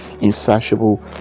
insatiable